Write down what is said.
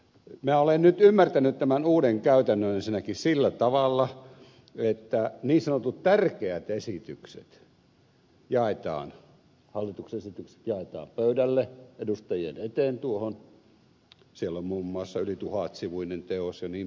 minä olen nyt ymmärtänyt tämän uuden käytännön ensinnäkin sillä tavalla että niin sanotut tärkeät hallituksen esitykset jaetaan pöydälle tuohon edustajien eteen siellä on muun muassa yli tuhatsivuinen teos jnp